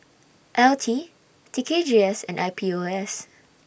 L T T K G S and I P O S